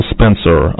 Spencer